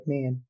Man